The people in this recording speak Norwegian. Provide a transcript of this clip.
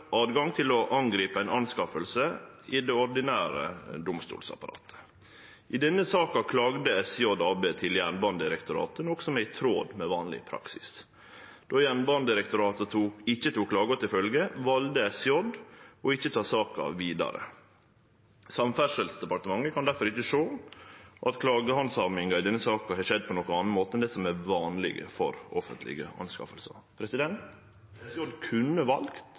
til å angripe ei anskaffing i det ordinære domstolsapparatet. I denne saka klaga SJ AB til Jernbanedirektoratet, noko som er i tråd med vanleg praksis. Då Jernbanedirektoratet ikkje tok klagen til følgje, valde SJ ikkje å ta saka vidare. Samferdselsdepartementet kan difor ikkje sjå at klagehandsaminga i denne saka har skjedd på nokon annan måte enn det som er vanleg for offentlege anskaffingar. SJ kunne valt